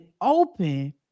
open